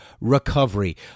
recovery